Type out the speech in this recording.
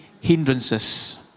hindrances